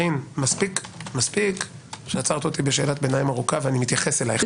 מספיק שעצרת אותי בשאלת ביניים ארוכה ואני מתייחס אליך.